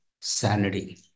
sanity